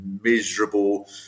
miserable